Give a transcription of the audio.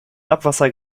abwasser